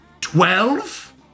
Twelve